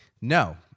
No